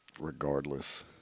regardless